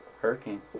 hurricane